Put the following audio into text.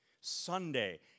Sunday